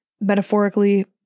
metaphorically